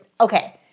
okay